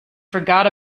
forgot